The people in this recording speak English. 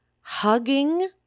hugging